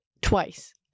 twice